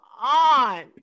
on